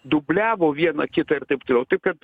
dubliavo viena kitą ir taip toliau taip kad